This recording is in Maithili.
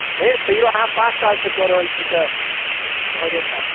फेर तैओ अहाँ पाँच सालसँ कऽ रहल छी तऽ भऽ जाइत हैत